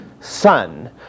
son